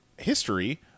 history